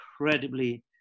incredibly